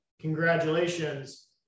congratulations